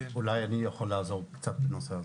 אולי אני יכול לעזור קצת בנושא הזה.